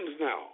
now